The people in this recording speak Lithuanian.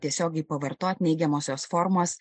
tiesiogiai pavartot neigiamosios formos